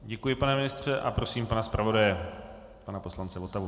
Děkuji, pane ministře, a prosím pana zpravodaje pana poslance Votavu.